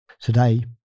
Today